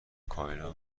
کایلا